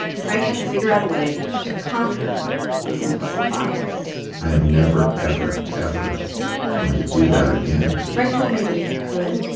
frank had to figure out a way to conquer his implicit bias i am never, ever, ever going to do that again frank told me that if he could,